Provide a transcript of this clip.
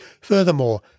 Furthermore